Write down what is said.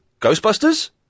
Ghostbusters